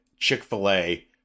Chick-fil-A